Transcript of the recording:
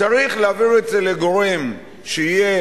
צריך להעביר את זה לגורם שיהיה,